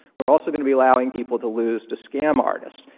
we're are also going to be allowing people to lose to scam artists.